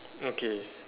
okay